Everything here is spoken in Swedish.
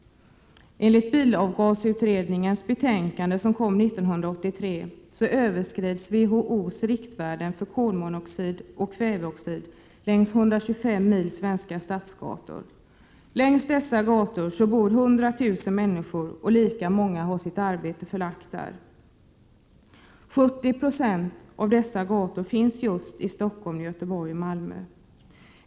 Enligt bilavgasutredningens betänkande år 1983 överskrids WHO:s riktvärden för kolmonoxid och kväveoxid längs 125 mil svenska stadsgator. Längs dessa gator bor 100 000 människor, och lika många har sitt arbete där. 70 76 av dessa gator finns just i Stockholm, Göteborg och Malmö.